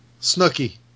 Snooky